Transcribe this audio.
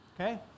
okay